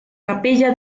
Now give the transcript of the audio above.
capilla